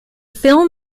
film